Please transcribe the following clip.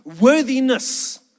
worthiness